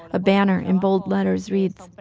a banner in bold letters reads, but